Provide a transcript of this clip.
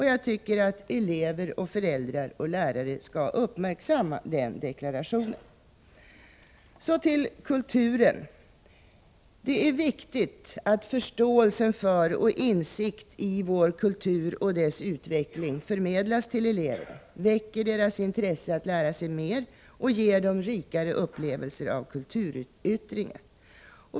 Jag tycker att elever, föräldrar och lärare skall uppmärksamma den deklarationen. Så till kulturen. Det är viktigt att förståelsen för och insikten i vår kultur och dess utveckling förmedlas till eleverna, väcker deras intresse att lära sig mer och ger dem rikare upplevelser av kulturens yttringar.